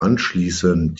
anschließend